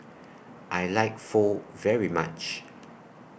I like Pho very much